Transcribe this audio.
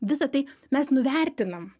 visa tai mes nuvertinam